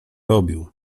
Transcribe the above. robił